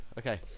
okay